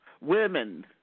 Women